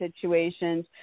situations